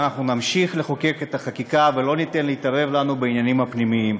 ואנחנו נמשיך לחוקק את החקיקה ולא ניתן להתערב לנו בעניינים הפרטיים.